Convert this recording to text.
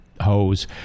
hose